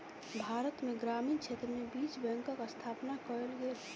भारत में ग्रामीण क्षेत्र में बीज बैंकक स्थापना कयल गेल